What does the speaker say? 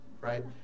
right